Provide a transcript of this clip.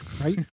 right